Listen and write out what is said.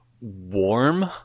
warm